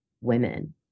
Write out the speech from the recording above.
women